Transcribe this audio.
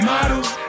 Models